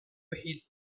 the